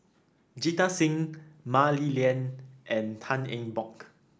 Jita Singh Mah Li Lian and Tan Eng Bock